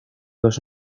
los